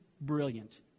brilliant